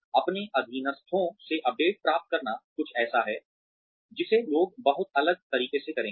अपने अधीनस्थों से अपडेट प्राप्त करना कुछ ऐसा है जिसे लोग बहुत अलग तरीके से करेंगे